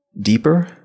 deeper